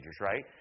right